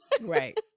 right